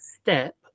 step